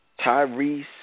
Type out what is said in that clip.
Tyrese